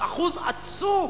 אחוז עצום,